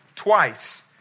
twice